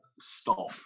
Stop